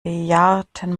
bejahrten